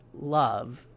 love